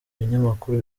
binyamakuru